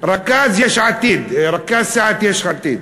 רכז יש עתיד, רכז סיעת יש עתיד,